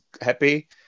happy